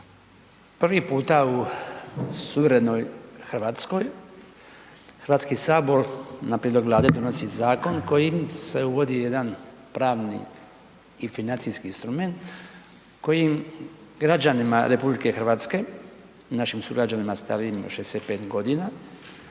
prvi puta u suverenoj Hrvatskoj, Hrvatski sabor na prijedlog Vlade donosi zakon kojim se uvodi jedan pravni i financijski instrument kojim građanima RH, našim sugrađanima starijima od 65 godina